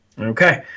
Okay